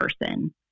person